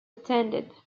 attended